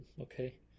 okay